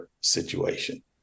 situation